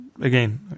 again